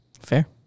fair